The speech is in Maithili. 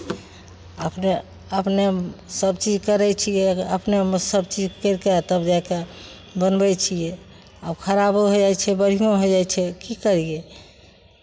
अपने अपने सभचीज करै छियै अपनेमे सभचीज करि कऽ तब जा कऽ बनबै छियै आ खराबो होइ जाइ छै बढ़िओँ होइ जाइ छै की करियै